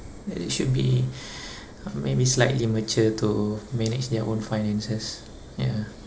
they should be maybe slightly mature to manage their own finances ya